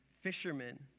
fishermen